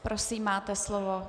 Prosím, máte slovo.